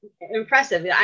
impressive